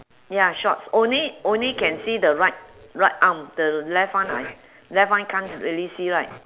ya shorts only only can see the right right arm the left one I left one can't really see right